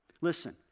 Listen